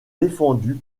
défendue